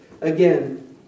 again